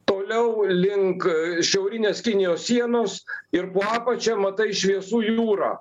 toliau link šiaurinės kinijos sienos ir po apačia matai šviesų jūrą